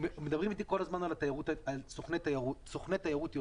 מדברים איתי כל הזמן על סוכני תיירות יוצאת.